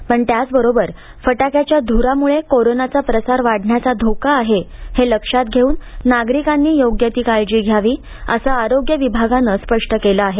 पण त्याचबरोबर फटाक्याच्या धुरामुळं कोरोनाचा प्रसार वाढण्याचा धोका आहे हे लक्षात घेऊन नागरिकांनी योग्य काळजी घ्यावी असं आरोग्य विभागानं स्पष्ट केलं आहे